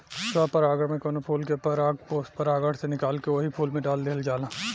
स्व परागण में कवनो फूल के परागकोष परागण से निकाल के ओही फूल पर डाल दिहल जाला